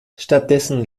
stattdessen